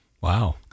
Wow